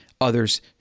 others